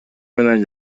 менен